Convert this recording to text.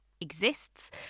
exists